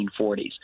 1940s